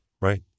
Right